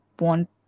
want